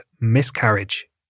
miscarriage